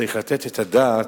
צריך לתת עליו את הדעת,